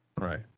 Right